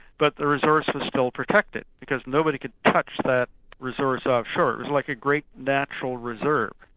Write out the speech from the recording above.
but the resource was still protected because nobody could touch that resource offshore. it was like a great natural reserve.